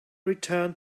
returned